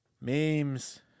Memes